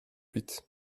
huit